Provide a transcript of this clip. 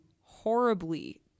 horribly